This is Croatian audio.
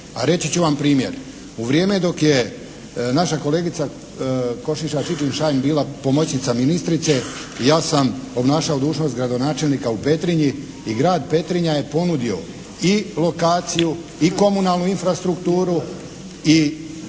reći ću vam primjer. U vrijeme dok je naša kolegica Košiša Čičin-Šain bila pomoćnica ministrice ja sam obnašao dužnost gradonačelnika u Petrinji. I grad Petrinja je ponudio i lokaciju i komunalnu infrastrukturu.